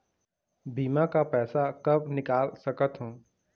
बीमा का पैसा कब निकाल सकत हो?